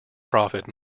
prophet